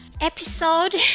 episode